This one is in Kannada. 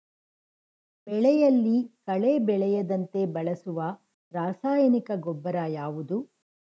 ಬೆಳೆಯಲ್ಲಿ ಕಳೆ ಬೆಳೆಯದಂತೆ ಬಳಸುವ ರಾಸಾಯನಿಕ ಗೊಬ್ಬರ ಯಾವುದು?